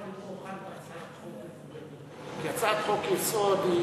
כי הצעת חוק-יסוד,